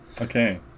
Okay